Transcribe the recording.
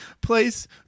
place